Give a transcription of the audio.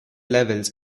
levels